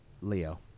Leo